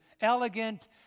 elegant